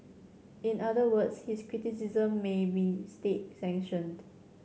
in other words his criticisms may be state sanctioned